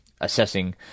assessing